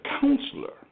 counselor